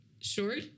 short